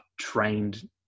trained